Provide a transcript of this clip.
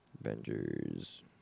Avengers